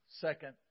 Second